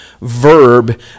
verb